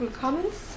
comments